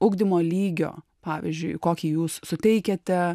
ugdymo lygio pavyzdžiui kokį jūs suteikiate